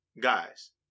guys